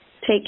Take